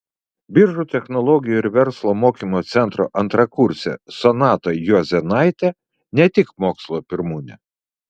biržų technologijų ir verslo mokymo centro antrakursė sonata juozėnaitė ne tik mokslo pirmūnė